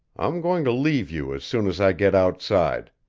i'm going to leave you as soon as i get outside.